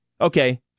Okay